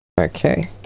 Okay